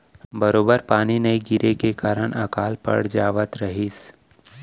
बरोबर पानी नइ गिरे के कारन अकाल पड़ जावत रहिस